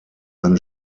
eine